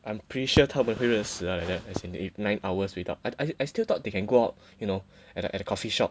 im pretty sure 他们会热死 ah as in if nine hours without I I still thought they can go out you know at a at a coffeeshop